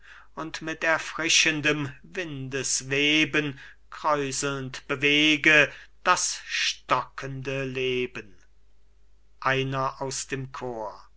und mit erfrischendem windesweben kräuselnd bewege das stockende leben einer aus dem chor